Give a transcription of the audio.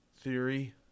theory